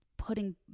putting